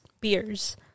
beers